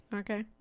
okay